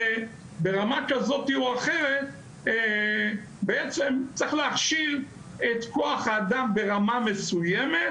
וברמה כזאת או אחרת בעצם צריך להכשיר את כוח האדם ברמה מסויימת,